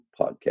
podcast